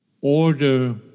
order